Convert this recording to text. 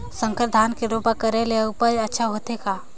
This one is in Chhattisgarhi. संकर धान के रोपा करे ले उपज अच्छा होथे का?